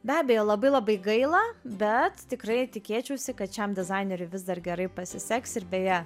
be abejo labai labai gaila bet tikrai tikėčiausi kad šiam dizaineriui vis dar gerai pasiseks ir beje